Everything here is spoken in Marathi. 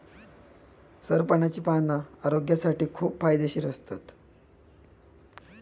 सरपणाची पाना आरोग्यासाठी खूप फायदेशीर असतत